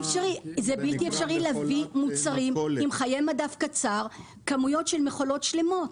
בלתי אפשרי להביא מוצרים עם חיי מדף קצרים בכמות של מכולה שלמה.